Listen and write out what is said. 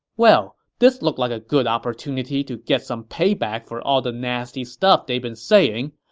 well, this looked like a good opportunity to get some payback for all the nasty stuff they've been saying,